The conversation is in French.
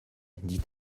dit